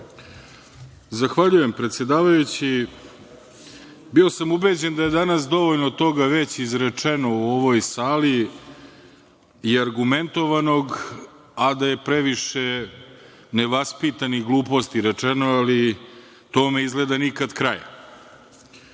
Zahvaljujem predsedavajući. Bio sam ubeđen da je danas dovoljno toga već izrečeno u ovoj sali i argumentovanog, a da je previše nevaspitanih gluposti rečeno, ali tome izgleda nikad kraja. Zaista